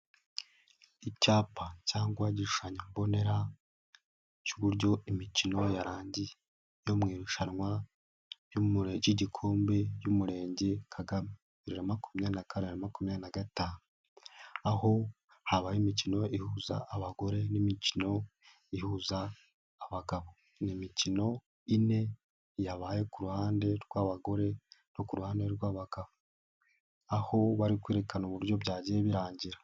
Icyapa cyangwa igishushanyo mbonera cy'uburyo imikino yarangiye yo mu irushanwa ry'igikombe y'umurenge kagame 2024-2025, aho habayeho imikino ihuza abagore n'imikino ihuza abagabo, ni imikino ine yabaye ku ruhande rw'abagore no ku ruhande rw'abagabo, aho bari kwerekana uburyo byagiye birangira.